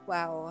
Wow